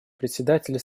председатели